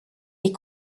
est